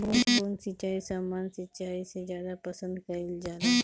बूंद सिंचाई सामान्य सिंचाई से ज्यादा पसंद कईल जाला